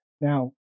Now